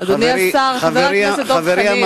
חברי המפריע,